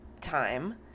time